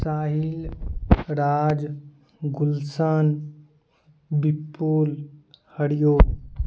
Sahil Raj Gulshan Vipul Hariom